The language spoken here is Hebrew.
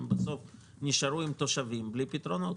בסוף הם נשארו עם תושבים בלי פתרונות,